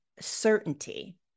certainty